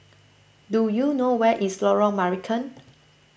do you know where is Lorong Marican